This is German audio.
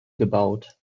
gebaut